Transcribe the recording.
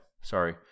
sorry